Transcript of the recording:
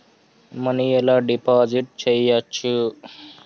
Money ఎలా deposit చేయచ్చు?